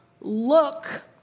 Look